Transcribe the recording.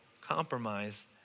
compromise